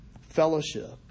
fellowship